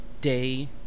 day